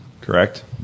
Correct